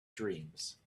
dreams